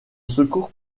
secours